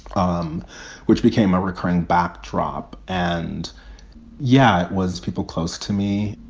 um which became a recurring backdrop. and yeah, it was people close to me